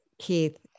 Keith